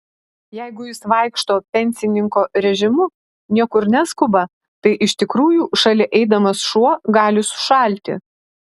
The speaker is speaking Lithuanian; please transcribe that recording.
jeigu jis vaikšto pensininko režimu niekur neskuba tai iš tikrųjų šalia eidamas šuo gali sušalti